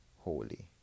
holy